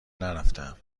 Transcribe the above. نرفتهام